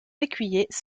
écuyers